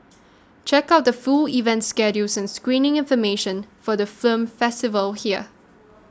check out the full event schedule and screening information for the film festival here